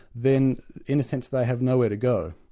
then in a sense, they have nowhere to go.